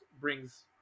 brings